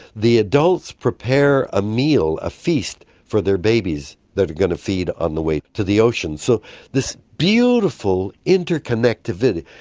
the adults prepare a meal, a feast for their babies that are going to feed on the way to the ocean. so this beautiful interconnectivity,